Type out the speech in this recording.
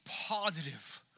positive